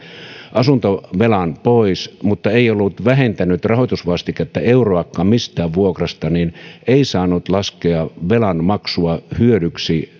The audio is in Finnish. asuntovelan pois mutta ei ollut vähentänyt rahoitusvastiketta euroakaan mistään vuokrasta ei saanut laskea velanmaksua hyödyksi